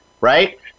right